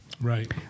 Right